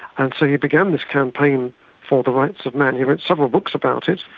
and so he began this campaign for the rights of man, he wrote several books about it,